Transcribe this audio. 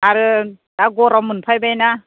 आरो दा गरम मोनफायबायना